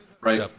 Right